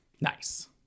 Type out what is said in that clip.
Nice